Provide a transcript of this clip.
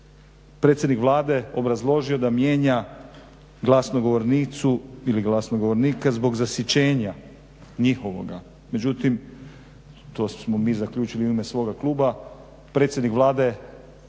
predsjednik Vlade obrazložio da mijenja glasnogovornicu ili glasnogovornika zbog zasićenja njihovoga. Međutim, to smo mi zaključili u ime svoga kluba. Predsjednik Vlade